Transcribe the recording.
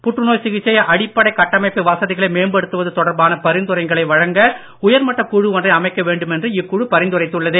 புற்றுநோய் சிகிச்சை அடிப்படைக் கட்டமைப்பு வசதிகளை மேம்படுத்துவது தொடர்பான பரிந்துரைகளை வழங்க உயர்மட்டக் குழு ஒன்றை அமைக்க வேண்டுமென்று இக்குழு பரிந்துரைத்துள்ளது